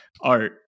art